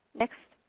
next.